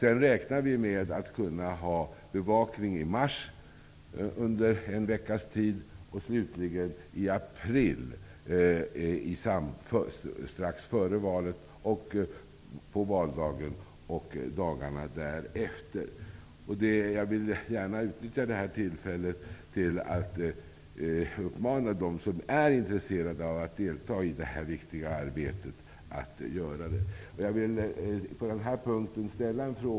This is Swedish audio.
Vi räknar med att kunna ha bevakning under en veckas tid i mars och slutligen strax före valet, på valdagen och dagarna därefter i april. Jag vill gärna utnyttja detta tillfälle till att uppmana de som är intresserade av att delta i detta viktiga arbete att göra det.